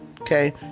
okay